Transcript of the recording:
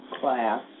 class